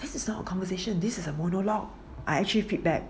this is not a conversation this is a monologue I actually feedback